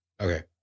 Okay